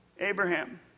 Abraham